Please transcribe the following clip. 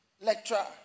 lecturer